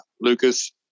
Lucas